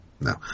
No